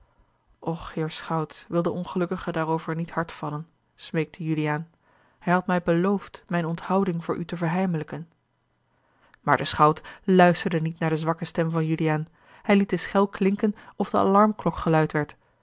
och heer schout wil den ongelukkige daarover niet hard vallen smeekte juliaan hij had mij beloofd mijne onthouding voor u te verheimelijken maar de schout luisterde niet naar de zwakke stem van juliaan hij liet de schel klinken of de alarmklok geluid werd